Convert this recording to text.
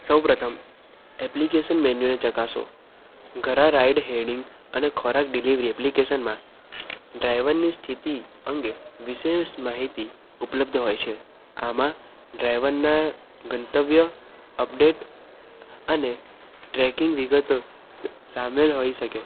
સૌપ્રથમ એપ્લિકેશન મેન્યુને ચકાસો ઘરા રાઇટ હેડિંગ અને ખોરાક ડિલિવરી એપ્લિકેશનમાં ડ્રાઇવરની સ્થિતિ અંગે વિશેષ માહિતી ઉપલબ્ધ હોય છે આમાં ડ્રાઇવરના ગંતવ્ય અપડેટ અને ટ્રેકિંગ વિગતો સામેલ હોઈ શકે